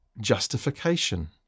justification